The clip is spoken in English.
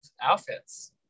outfits